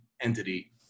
entity